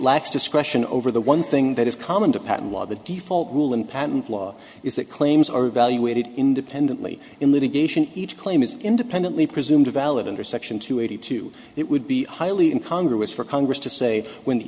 lacks discretion over the one thing that is common to patent law the default rule in patent law is that claims are evaluated independently in litigation each claim is independently presumed valid under section two eighty two it would be highly in congress for congress to say when the